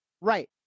Right